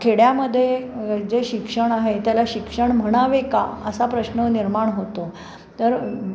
खेड्यामध्ये जे शिक्षण आहे त्याला शिक्षण म्हणावे का असा प्रश्न निर्माण होतो तर